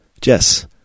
Jess